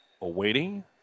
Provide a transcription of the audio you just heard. awaiting